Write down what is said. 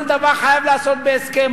כל דבר חייב להיעשות בהסכם,